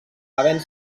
havent